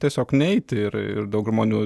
tiesiog neiti ir ir daug žmonių